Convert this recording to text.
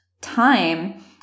time